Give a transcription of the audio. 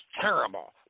terrible